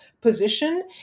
position